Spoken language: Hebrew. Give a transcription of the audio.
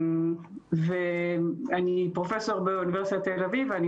אני פרופ' באוניברסיטת תל-אביב ואני